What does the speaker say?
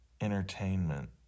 entertainment